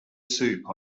soup